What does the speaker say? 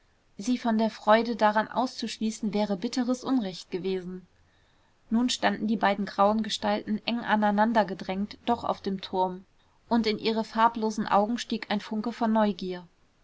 sie von der freude daran auszuschließen wäre bitteres unrecht gewesen nun standen die beiden grauen gestalten eng aneinander gedrängt doch auf dem turm und in ihre farblosen augen stieg ein funke von neugier